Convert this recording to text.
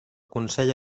consell